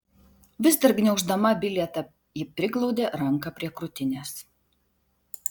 vis dar gniauždama bilietą ji priglaudė ranką prie krūtinės